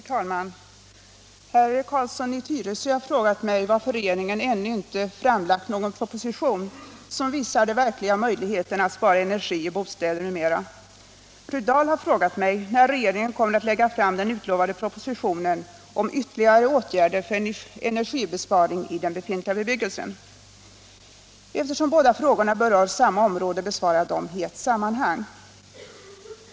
Herr talman! Herr Carlsson i Tyresö har frågat mig varför regeringen ännu inte framlagt någon proposition som visar de verkliga möjligheterna att spara energi i bostäder m.m. R Fru Dahl har frågat mig när regeringen kommer att lägga fram den utlovade propositionen om ytterligare åtgärder för energibesparing i den befintliga bebyggelsen. Eftersom båda frågorna berör samma område besvarar jag dem i ett sammanhang.